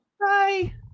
Bye